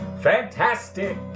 Fantastic